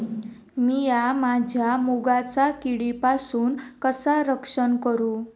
मीया माझ्या मुगाचा किडीपासून कसा रक्षण करू?